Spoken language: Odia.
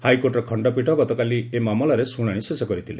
ହାଇକୋର୍ଟର ଖଣ୍ଡପୀଠ ଗତକାଲି ଏ ମାମଲାରେ ଶୁଣାଣୀ ଶେଷ କରିଥିଲେ